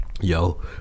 Yo